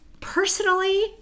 Personally